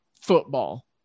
football